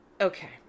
okay